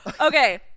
Okay